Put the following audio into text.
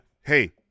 Hey